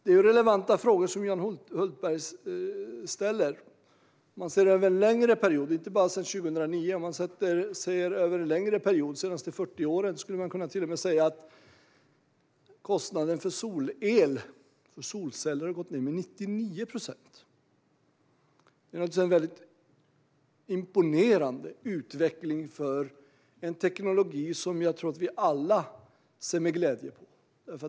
Johan Hultberg ställer relevanta frågor. Sett över en längre period, inte bara från 2009 utan de senaste 40 åren, har kostnaderna för solel och solceller gått ned med 99 procent. Det är naturligtvis en imponerande utveckling för tekniken, som vi alla ser med glädje på.